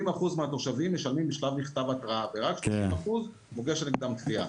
70% מהתושבים משלמים בשלב מכתב התראה ורק 30% מוגשת נגדם תביעה.